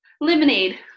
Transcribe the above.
lemonade